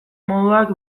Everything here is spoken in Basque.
moduak